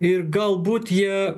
ir galbūt jie